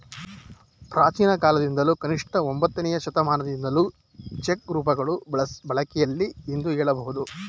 ಪ್ರಾಚೀನಕಾಲದಿಂದಲೂ ಕನಿಷ್ಠ ಒಂಬತ್ತನೇ ಶತಮಾನದಿಂದಲೂ ಚೆಕ್ ರೂಪಗಳು ಬಳಕೆಯಲ್ಲಿವೆ ಎಂದು ಹೇಳಬಹುದು